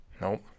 Nope